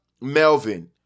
Melvin